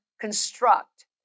construct